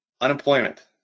unemployment